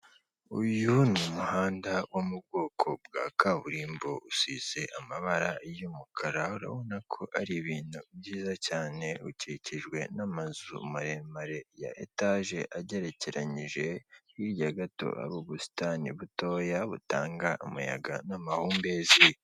Uyu n'umuhanda wo mu bwoko bwa kaburimbo usize amabara y'umukara urabona ko ari ibintu byiza cyane ukikijwe n'amazu maremare ya etage agerekeranyije, hirya gato ar'ubusitani butoya butanga umuyaga n'amahumbezi.